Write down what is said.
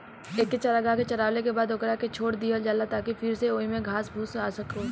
एके चारागाह के चारावला के बाद ओकरा के छोड़ दीहल जाला ताकि फिर से ओइमे घास फूस आ सको